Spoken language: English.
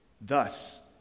Thus